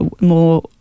more